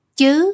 chứ